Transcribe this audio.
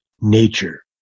nature